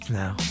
now